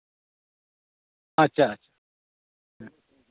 ᱟᱪᱪᱷᱟ